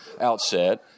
outset